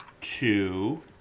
two